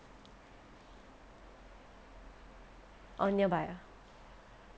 oh nearby ah